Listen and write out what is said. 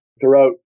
throughout